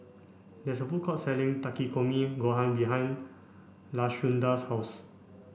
there is a food court selling Takikomi Gohan behind Lashunda's house